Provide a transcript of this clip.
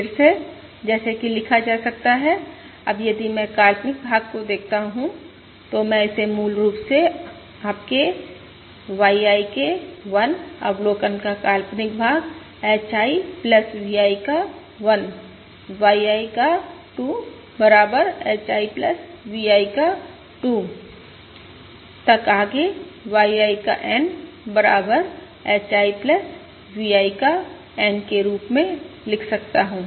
फिर से जैसा कि लिखा जा सकता है अब यदि मैं काल्पनिक भाग को देखता हूं तो मैं इसे मूल रूप से आपके YI के 1 अवलोकन का काल्पनिक भाग HI VI का 1 YI का 2 बराबर HI VI का 2 तक आगे YI का N बराबर HI VI का N के रूप में लिख सकता हूं